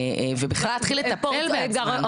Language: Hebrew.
ובכלל להתחיל לטפל בעצמן.